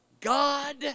God